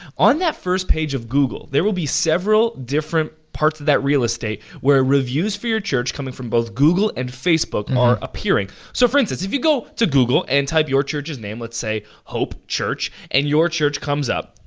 on that first page of google, there will be several different parts of that real estate where reviews for your church, coming from both google and facebook are appearing. so for instance, if you go to google, and type your church's name, let's say hope church, and your church comes up,